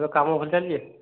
ଏବେ କାମ ଭଲ ଚାଲିଛି